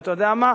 ואתה יודע מה,